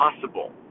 possible